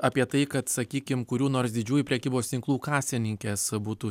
apie tai kad sakykim kurių nors didžiųjų prekybos tinklų kasininkės būtų